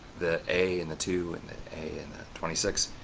the a and the two and a and the twenty six